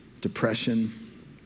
depression